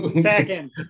Second